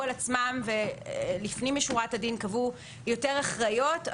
על עצמם ולפנים משורת הדין קבעו יותר אחראיות,